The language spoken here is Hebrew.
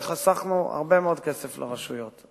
וחסכנו הרבה מאוד כסף לרשויות.